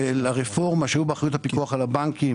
הרפורמה שהיו באחריות הפיקוח על הבנקים,